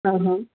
हा हा